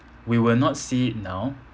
we will not see it now